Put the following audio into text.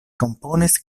komponis